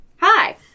Hi